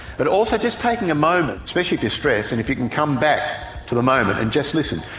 but also just taking a moment, especially if you're stressed and if you can come back to the moment and just listen.